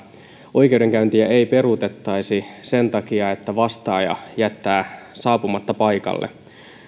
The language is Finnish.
oikeudenkäyntiä ei peruutettaisi sen takia että vastaaja jättää saapumatta paikalle